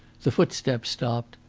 the footsteps stopped,